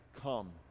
come